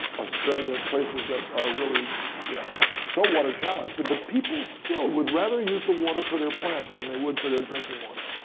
australia, places that are really you know so water-challenged. but people still would rather use the water for their plants than they would for their drinking water.